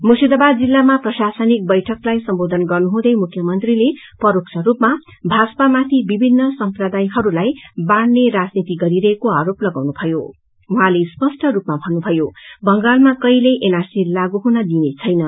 मुर्शिदाबाद जिल्लामा प्रशासनिक बैइकलाई सम्बोधन गर्नुहुँदै मुख्यमंत्रीले परोक्ष रूपमा भाजपामाथि विभिन्न समप्रदायहरूलाई बाड़ने राजनीति गरीरहेको आरोप लगाउनुभयो उहाँले स्पष्ट रूपमा भन्नुभयो बंगालमा कहिल्यै एनआरसी हुन दिइने छेन